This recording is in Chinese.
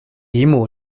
嫡母